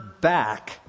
back